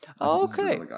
okay